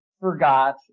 forgot